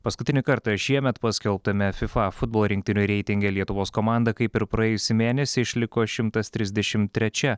paskutinį kartą šiemet paskelbtame fifa futbolo rinktinių reitinge lietuvos komanda kaip ir praėjusį mėnesį išliko šimtas trisdešimt trečia